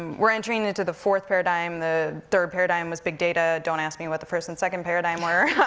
um we're entering into the fourth paradigm. the third paradigm was big data, don't ask me what the first and second paradigm were.